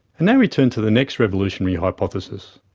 and now we turn to the next revolutionary hypothesis.